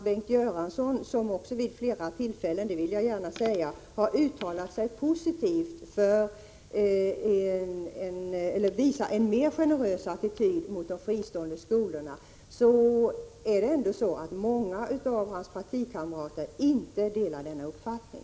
Bengt Göransson har vid flera tillfällen — det vill jag gärna säga — visat en mer generös attityd mot de fristående skolorna, men många av hans partikamrater delar inte denna uppfattning.